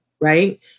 right